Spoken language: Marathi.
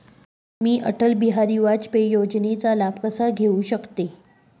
मी अटल बिहारी वाजपेयी योजनेचा लाभ कसा घेऊ शकते?